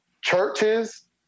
Churches